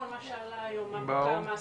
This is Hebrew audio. כל מה שעלה היום, מה מותר מה אסור,